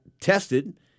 tested